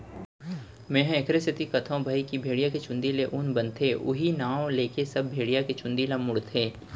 मेंहा एखरे सेती कथौं भई की भेड़िया के चुंदी ले ऊन बनथे उहीं नांव लेके सब भेड़िया के चुंदी ल मुड़थे